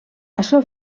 açò